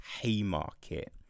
Haymarket